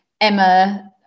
Emma